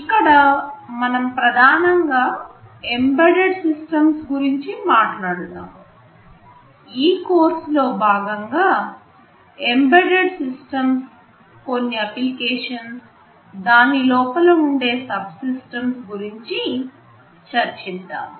ఇక్కడ మనం ప్రధానంగా ఎంబెడెడ్ సిస్టమ్స్గురించి మాట్లాడుతాముఈ కోర్సులో భాగంగా ఎంబెడెడ్ సిస్టమ్స్యొక్క కొన్ని ప్రధానమైన అప్లికేషన్స్ దాని లోపల ఉండే సబ్ సిస్టమ్స్ గురించి చర్చిద్దాము